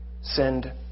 send